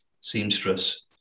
seamstress